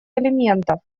элементов